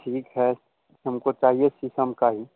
ठीक है हमको चाहिए शीशम का ही